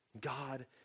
God